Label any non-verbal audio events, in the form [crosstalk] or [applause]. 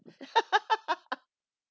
[laughs]